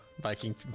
Viking